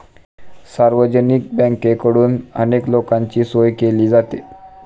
सार्वजनिक बँकेकडून अनेक लोकांची सोय केली जाते